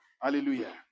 Hallelujah